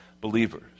believers